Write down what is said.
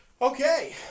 Okay